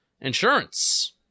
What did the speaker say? Insurance